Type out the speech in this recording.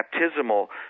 baptismal